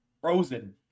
frozen